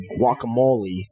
guacamole